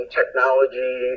technology